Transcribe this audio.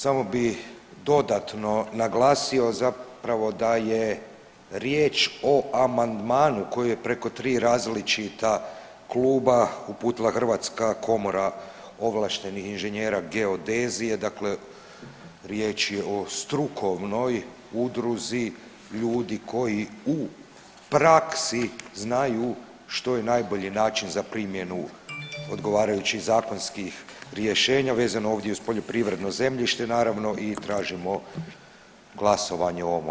Samo bih dodatno naglasio zapravo da je riječ o amandmanu koji je preko 3 različita kluba uputila hrvatska komora ovlaštenih inženjera geodezije, dakle riječ je o strukovnoj udruzi ljudi koji u praksi znaju što je najbolji način za primjenu odgovarajućih zakonskih rješenja vezano ovdje uz poljoprivredno zemljište, naravno i tražimo glasovanje o ovom amandmanu.